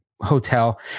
hotel